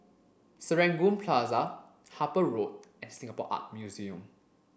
Serangoon Plaza Harper Road and Singapore Art Museum